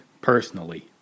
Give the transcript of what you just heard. personally